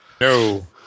No